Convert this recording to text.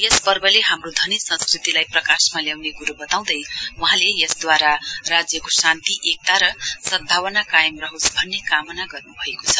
यस पर्वले हाम्रो धनी संस्कृतिलाई प्रकाशमा ल्याउने कुरो वताउँदै वहाँले यस द्वारा राज्यको शान्ति एकता र सद्भावना कायम रहोस भन्ने कामना गर्नुभएको छ